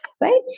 right